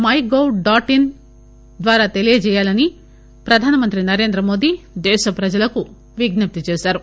pi gov dot in ద్వారా తెలియజేయాలని ప్రధానమంత్రి నరేంద్రమోదీ దేశ ప్రజలకు విజ్ఞప్తి చేశారు